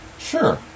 Sure